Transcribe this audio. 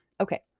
Okay